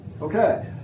Okay